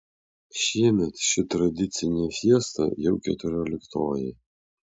šiemet ši tradicinį fiesta jau keturioliktoji